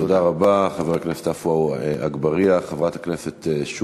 תודה רבה, חבר הכנסת עפו אגבאריה.